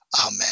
Amen